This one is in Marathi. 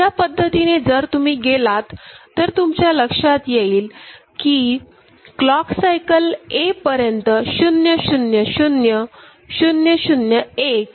अशा पद्धतीने जर तुम्ही गेलात तर तुमच्या लक्षात येईल की क्लॉक सायकल a पर्यंत 000001 असे आहे